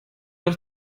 doch